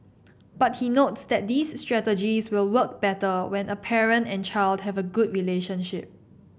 but he notes that these strategies will work better when a parent and child have a good relationship